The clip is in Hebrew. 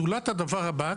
זולת הדבר הבא,